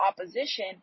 opposition